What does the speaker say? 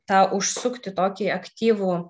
tą užsukti tokį aktyvų